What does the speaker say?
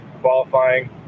qualifying